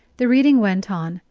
the reading went on,